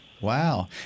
Wow